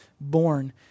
born